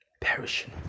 perishing